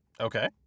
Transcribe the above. Okay